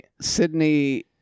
Sydney